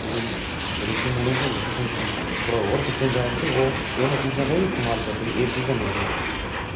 ते रिशी मुनि गै होंदे हे ते थोह्ड़ा होर पिच्छे जाओ ते ओह् होर बी चीज़ां दा इस्तेमाल करदे हे जेह्कियां हून निं हैन